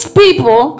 people